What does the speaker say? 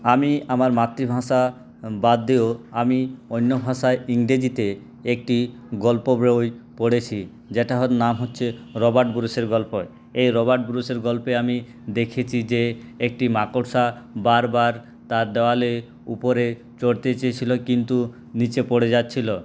আমি আমার মাতৃভাষা বাদ দিয়েও আমি অন্য ভাষায় ইংরেজিতে একটি গল্প বই পড়েছি যেটার নাম হচ্ছে রবার্ট ব্রুসের গল্প এই রবার্ট ব্রুসের গল্পে আমি দেখেছি যে একটি মাকড়সা বার বার তার দেওয়ালের উপরে চড়তে চেয়েছিল কিন্তু নীচে পড়ে যাচ্ছিল